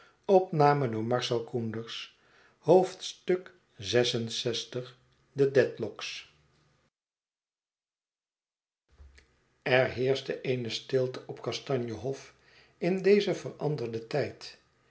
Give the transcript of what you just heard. er heerscht eene stilte op kastanje hof in dezen veranderden tijd